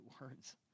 words